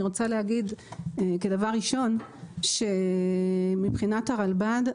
אני רוצה להגיד כדבר ראשון שמבחינת הרלב"ד,